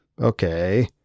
Okay